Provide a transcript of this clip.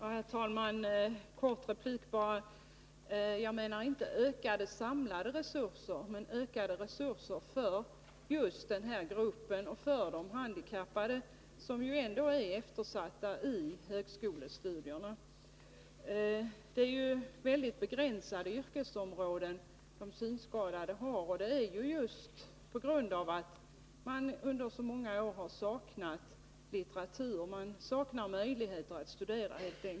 Herr talman! Låt mig bara kort replikera: Jag menade inte ökade samlade resurser, utan ökade resurser för just den här gruppen, de handikappade, som ju ändå är eftersatt när det gäller högskolestudier. De synskadade har väldigt begränsade yrkesområden just på grund av att de under så många år har saknat litteratur. De saknar helt enkelt möjligheter att studera.